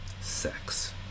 sex